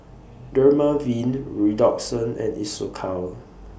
Dermaveen Redoxon and Isocal